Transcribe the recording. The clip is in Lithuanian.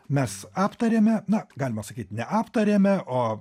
mes aptarėme na galima sakyt neaptarėme o